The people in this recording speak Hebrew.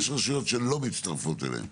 ויש רשויות שלא מצטרפות אליהן.